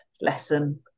lesson